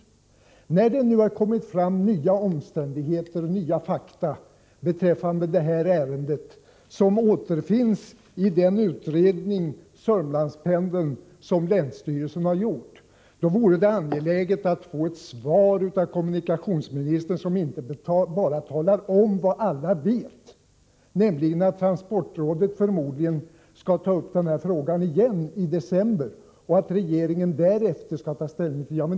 När det nu har kommit fram nya omständigheter och nya fakta beträffande detta ärende, som återfinns i den utredning, Sörmlandspendeln, som länsstyrelsen har gjort, vore det angeläget att få ett svar av kommunikationsministern som inte bara talar om vad alla vet, nämligen att transportrådet förmodligen skall ta upp frågan igen i december och att regeringen därefter skall ta ställning.